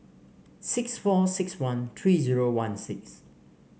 six four six one three zero one six